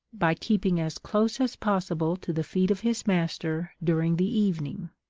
by keeping as close as possible to the feet of his master during the evening.